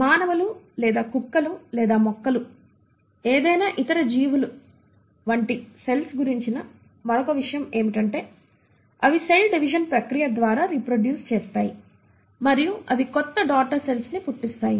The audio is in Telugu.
మానవులు లేదా కుక్కలు లేదా మొక్కలు ఏదైనా ఇతర జీవుల వంటి సెల్స్ గురించిన మరొక విషయం ఏమిటంటే అవి సెల్ డివిజన్ ప్రక్రియ ద్వారా రీప్రొడ్యూస్ చేస్తాయి మరియు అవి కొత్త డాటర్ సెల్స్ ని పుట్టిస్తాయి